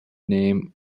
name